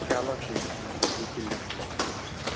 چلو کیٚنٛہہ چھُنہٕ بہِ یِکیٛاہ لیکھَن چھُس لیکھَن چھُس